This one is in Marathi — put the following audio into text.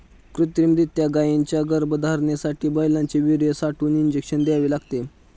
कृत्रिमरीत्या गायींच्या गर्भधारणेसाठी बैलांचे वीर्य साठवून इंजेक्शन द्यावे लागते